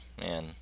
man